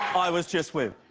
i was just with.